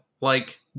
Like-